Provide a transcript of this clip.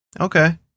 Okay